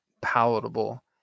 palatable